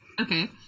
okay